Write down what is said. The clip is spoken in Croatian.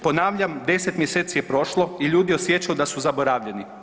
Ponavljam, 10 mjeseci je prošlo i ljudi osjećaju da su zaboravljeni.